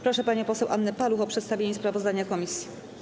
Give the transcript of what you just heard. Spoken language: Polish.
Proszę panią poseł Annę Paluch o przedstawienie sprawozdania komisji.